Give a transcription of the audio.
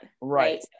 Right